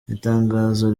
itangazo